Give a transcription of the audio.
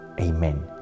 Amen